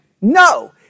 No